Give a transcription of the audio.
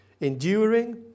enduring